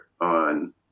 on